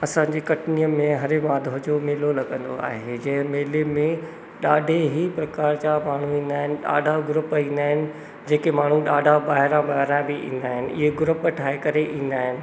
असांजे कटनीअ में हरे माधव जो मेलो लॻंदो आहे जंहिं मेले में ॾाढे ई प्रकार जा माण्हू ईंदा आहिनि ॾाढा ग्रुप ईंदा आहिनि जेके माण्हू ॾाढा ॿाहिरां ॿाहिरां बि ईंदा आहिनि इहे ग्रुप ठाहे करे ईंदा आहिनि